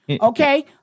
Okay